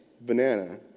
banana